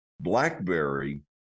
Blackberry